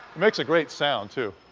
makes a great sound too.